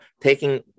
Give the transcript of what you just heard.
taking